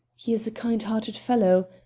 he is a kind-hearted fellow.